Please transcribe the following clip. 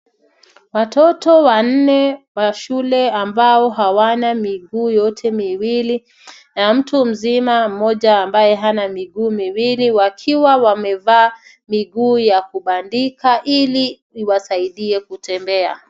Watoto wanne wa shule ambao hawana miguu yote miwili na mtu mzima mmoja ambaye hana miguu miwili wakiwa wamevaa miguu ya kubandika ili iwasaidie kutembea.